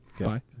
Bye